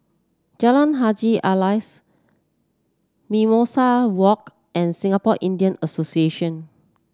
Jalan Haji Alias Mimosa Walk and Singapore Indian Association